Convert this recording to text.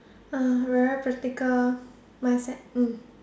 uh very practical mindset hmm